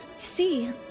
see